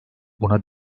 buna